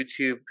YouTube